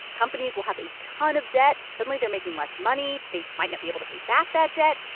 companies will have a ton of debt. suddenly, they're making less money. they might not be able to pay back that debt,